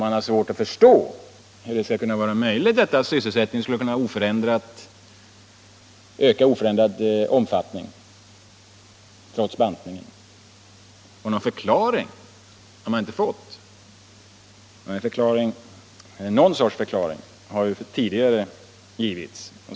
Man har svårt att förstå hur det skall vara möjligt att sysselsättningen skall öka i oförändrad omfattning trots bantningen. Någon förklaring har man inte fått; ja, någon sorts förklaring har ju tidigare givits.